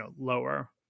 lower